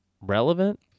relevant